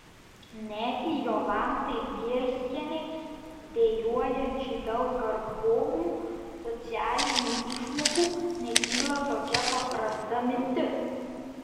negi jolantai bielskienei dejuojančiai dėl karpomų socialinių išmokų nekyla tokia paprasta mintis